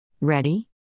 Ready